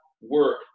work